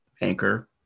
Anchor